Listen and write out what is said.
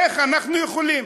איך אנחנו יכולים?